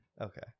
Okay